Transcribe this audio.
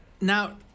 Now –